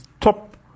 top